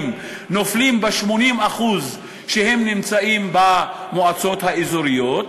נופלים ב-80% שנמצאים במועצות האזוריות,